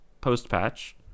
post-patch